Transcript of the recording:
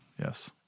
yes